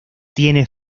tiene